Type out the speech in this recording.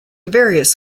various